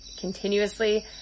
continuously